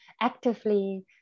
actively